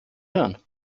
hören